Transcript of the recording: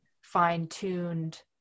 fine-tuned